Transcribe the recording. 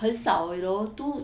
很少 you know two